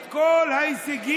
את כל ההישגים,